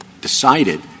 decided